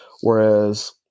whereas